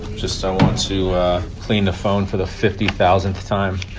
just so to clean the phone for the fifty thousandth time